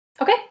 Okay